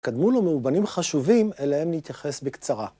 קדמו לו מאובנים חשובים, אליהם נתייחס בקצרה.